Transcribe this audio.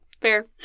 Fair